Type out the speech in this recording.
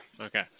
Okay